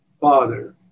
father